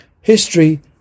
History